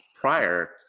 prior